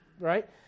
Right